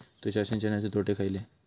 तुषार सिंचनाचे तोटे खयले?